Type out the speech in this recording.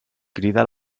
crida